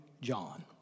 John